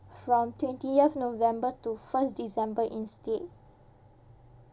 from twentieth november to first december instead